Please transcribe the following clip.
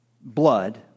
blood